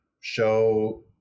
show